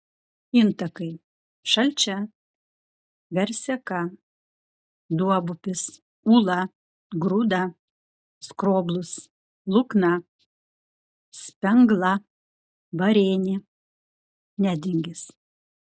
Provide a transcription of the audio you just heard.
intakai šalčia verseka duobupis ūla grūda skroblus lukna spengla varėnė nedingis